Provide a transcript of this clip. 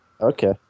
Okay